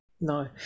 no